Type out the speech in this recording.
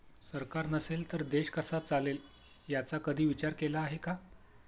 सरकार नसेल तर देश कसा चालेल याचा कधी विचार केला आहे का?